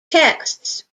texts